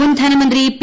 മുൻ ധനമന്ത്രി പി